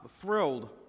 thrilled